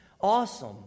awesome